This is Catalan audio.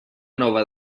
nova